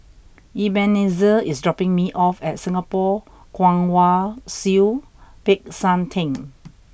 Ebenezer is dropping me off at Singapore Kwong Wai Siew Peck San Theng